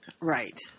Right